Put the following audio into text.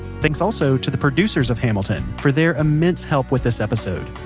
thanks also to the producers of hamilton for their immense help with this episode.